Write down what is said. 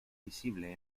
visibles